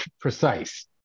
precise